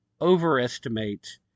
overestimate